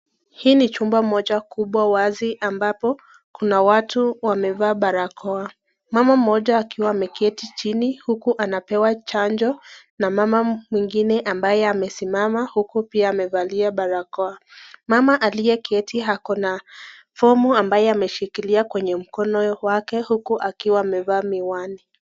Hii ni chumba moja kubwa wazi ambapo kuna watu wamevaa barakoa. Mama mmoja akiwa ameketi chini huku anapewa chanjo na mama mwingine ambaye amesimama huku pia amevalia barakoa. Mama aliyeketi ako na fomu ambaye aliyeshikilia na mkono wake huku akiwa amevaa miwani.